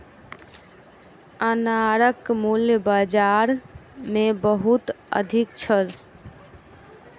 अनारक मूल्य बाजार मे बहुत अधिक छल